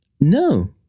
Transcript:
No